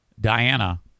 Diana